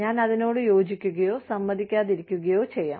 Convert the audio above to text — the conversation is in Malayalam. ഞാൻ അതിനോട് യോജിക്കുകയോ സമ്മതിക്കാതിരിക്കുകയോ ചെയ്യാം